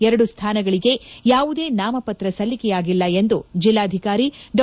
ಎರಡು ಸ್ವಾನಗಳಿಗೆ ಯಾವುದೇ ನಾಮಪತ್ರ ಸಲ್ಲಿಕೆಯಾಗಿಲ್ಲ ಎಂದು ಜಿಲ್ಲಾಧಿಕಾರಿ ಡಾ